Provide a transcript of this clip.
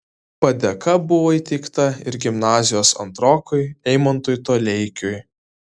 padėka buvo įteikta ir gimnazijos antrokui eimantui toleikiui